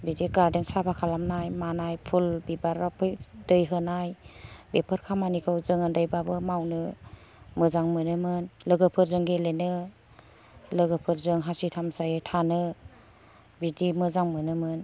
बिदि गारदेन साफा खालामनाय मानाय फुल बिबार आव दै होनाय बेफोर खामानि खौ जों उन्दै बाबो मावनो मोजां मोनो मोन लोगोफोरजों गेलेनो लोगो फोरजों हासि थामसायै थानो बिदि मोजां मोनो मोन